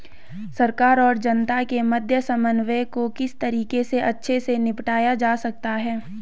सरकार और जनता के मध्य समन्वय को किस तरीके से अच्छे से निपटाया जा सकता है?